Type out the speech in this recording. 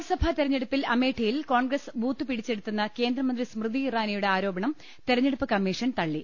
ലോക്സഭാ തെരഞ്ഞെടുപ്പിൽ അമേഠിയിൽ കോൺഗ്രസ് ബൂത്ത് പിടിച്ചെടുത്തെന്ന കേന്ദ്രമന്ത്രി സ്മൃതി ഇറാനിയുടെ ആരോ പണം തെരഞ്ഞെടുപ്പ് കമ്മീഷൻ തള്ളി